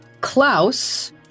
Klaus